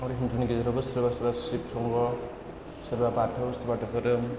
आरो हिन्दुनि गेजेरावबो सोरबा सोरबा सिब संग सोरबा बाथौ सोरबा धोरोम